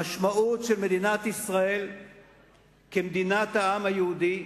המשמעות של מדינת ישראל כמדינת העם היהודי,